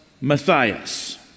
Matthias